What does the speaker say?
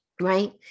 right